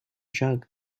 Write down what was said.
jug